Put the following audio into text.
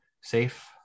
safe